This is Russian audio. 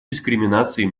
дискриминации